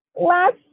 last